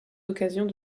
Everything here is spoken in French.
occasions